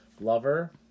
Lover